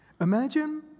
Imagine